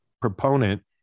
proponent